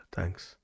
Thanks